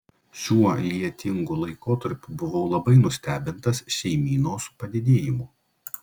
šiuo lietingu laikotarpiu buvau labai nustebintas šeimynos padidėjimu